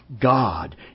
God